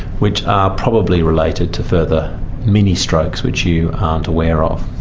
which are probably related to further mini-strokes which you aren't aware of.